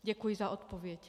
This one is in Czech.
Děkuji za odpověď.